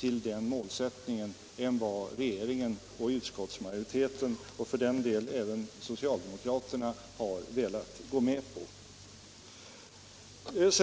till den målsättningen än vad regeringen och utskottsmajoriteten — och för den delen även socialdemokraterna — har velat gå med på.